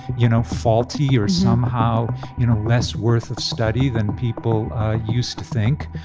you know, faulty or somehow you know less worth of study than people used to think.